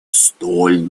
столь